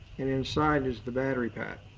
and inside is the battery pack.